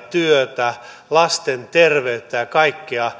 työtä lasten terveyttä ja kaikkea